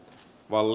wall